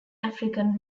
african